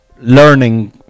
learning